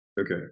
Okay